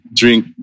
drink